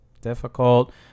difficult